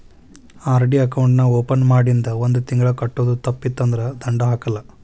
RD account ನಾ open ಮಾಡಿಂದ ಒಂದ್ ತಿಂಗಳ ಕಟ್ಟೋದು ತಪ್ಪಿತಂದ್ರ ದಂಡಾ ಹಾಕಲ್ಲ